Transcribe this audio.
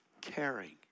caring